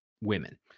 women